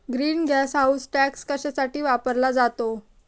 Green gas house tax कशासाठी वापरला जातो?